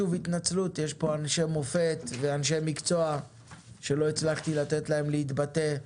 שוב התנצלות בפני האנשים שהגיעו לפה ולא הספקתי לתת להם להתבטא.